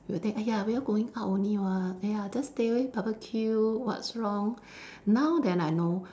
we'll think !aiya! we are going out only [what] !aiya! just stay only barbecue what's wrong now then I know